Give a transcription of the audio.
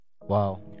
Wow